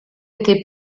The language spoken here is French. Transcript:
été